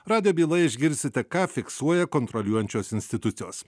radijo byloje išgirsite ką fiksuoja kontroliuojančios institucijos